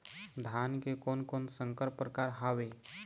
धान के कोन कोन संकर परकार हावे?